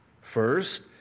First